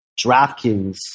DraftKings